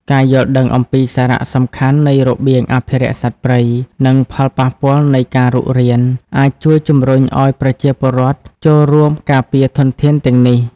ការយល់ដឹងអំពីសារៈសំខាន់នៃរបៀងអភិរក្សសត្វព្រៃ និងផលប៉ះពាល់នៃការរុករាន អាចជួយជំរុញឱ្យប្រជាពលរដ្ឋចូលរួមការពារធនធានទាំងនេះ។